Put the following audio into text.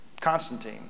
Constantine